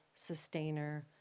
sustainer